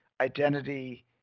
identity